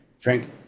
drink